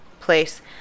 place